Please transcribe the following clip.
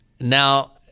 Now